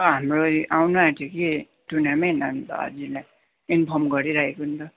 हाम्रो यो आउनु आँट्यो कि टुर्नामेन्ट अन्त हजुरलाई इन्फर्म गरिराखेको नि त